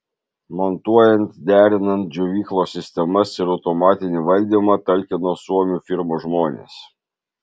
montuojant derinant džiovyklos sistemas ir automatinį valdymą talkino suomių firmos žmonės